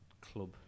club